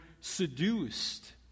seduced